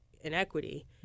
inequity